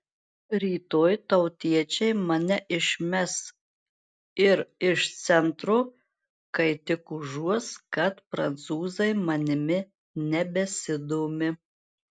rytoj tautiečiai mane išmes ir iš centro kai tik užuos kad prancūzai manimi nebesidomi